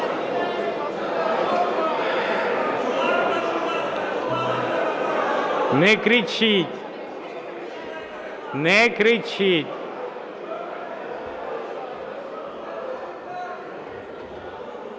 Не кричіть! Не кричіть!